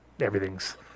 everything's